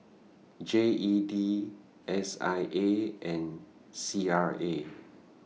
G E D S I A and C R A